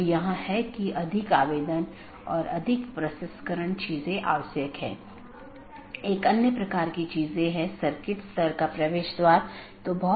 तो इसका मतलब यह है कि यह प्रतिक्रिया नहीं दे रहा है या कुछ अन्य त्रुटि स्थिति उत्पन्न हो रही है